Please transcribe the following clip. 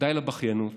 די לבכיינות.